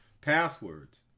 passwords